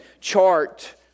chart